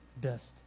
best